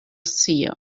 seer